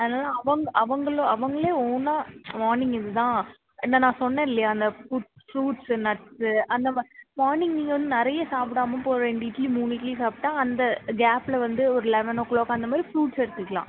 அதனால அவங்க அவங்க அவர்களே ஓனாக மார்னிங் இது தான் இந்த நான் சொன்னேன் இல்லையா அந்த ஃப்ரூ ஃபுரூட்ஸ்ஸு நட்ஸு அந்த மாதிரி மார்னிங் நீங்கள் வந்து நிறைய சாப்பிடாம இப்போது ஒரு ரெண்டு இட்லி மூணு இட்லி சாப்பிட்டா அந்த கேப்பில் வந்து ஒரு லெவன் ஓ கிளாக் அந்த மாதிரி ஃபுரூட்ஸ் எடுத்துக்கலாம்